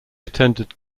attended